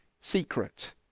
secret